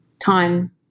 time